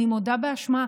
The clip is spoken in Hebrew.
אני מודה באשמה,